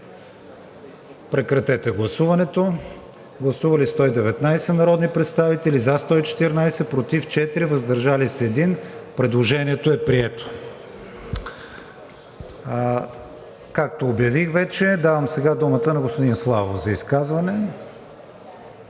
дебатите по Законопроекта. Гласували 119 народни представители: за 114, против 4, въздържал се 1. Предложението е прието. Както обявих вече, давам думата сега на господин Славов за изказване.